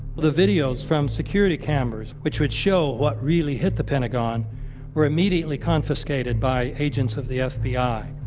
the videos from security cameras which would show what really hit the pentagon were immediately confiscated by agents of the fbi.